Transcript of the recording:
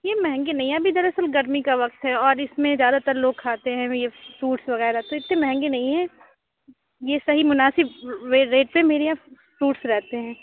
یہ مہنگے نہیں ہیں ابھی دراصل گرمی کا وقت ہے اور اِس میں زیادہ تر لوگ کھاتے ہیں یہ فروٹس وغیرہ تو اتے مہنگے نہیں ہیں یہ صحیح مناسب ریٹ پہ میرے یہاں فروٹس رہتے ہیں